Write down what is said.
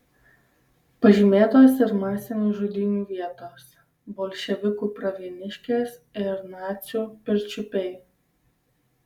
pažymėtos ir masinių žudynių vietos bolševikų pravieniškės ir nacių pirčiupiai